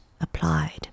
applied